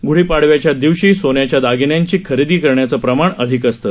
गुढी पाडव्याचा दिवशी सोन्याच्या दागिन्यांची खरेदी करण्याचं प्रमाण अधिक असतं